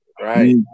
Right